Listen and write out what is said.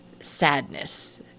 sadness